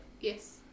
Yes